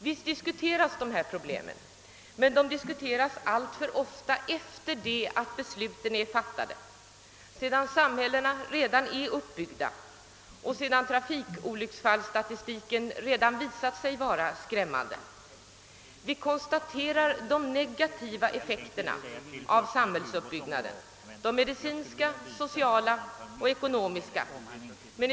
Visst diskuteras dessa problem men alltför ofta efter det besluten är fattade, sedan samhällena redan är uppbyggda och sedan trafikolycksfallsstatistiken redan visat skrämmande siffror. Vi konstaterar de negativa effekterna av samhällsuppbyggnaden från medicinsk, social och ekonomisk synpunkt.